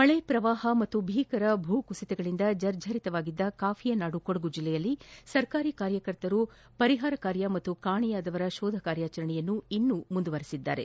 ಮಳೆ ಪ್ರವಾಹ ಮತ್ತು ಭೀಕರ ಭೂಕುಸಿತಗಳಿಂದ ಜರ್ಜರಿತವಾಗಿದ್ದ ಕಾಫಿಯ ನಾಡು ಕೊಡಗು ಜಿಲ್ಲೆಯಲ್ಲಿ ಸರ್ಕಾರಿ ಕಾರ್ಯಕರ್ತರು ಪರಿಹಾರ ಕಾರ್ಯ ಹಾಗು ಕಾಣೆಯಾದವರ ಶೋಧ ಕಾರ್ಯಾಚರಣೆಯನ್ನು ಇನ್ನೂ ಮುಂದುವರೆಸಿದ್ದಾರೆ